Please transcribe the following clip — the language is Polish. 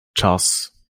czas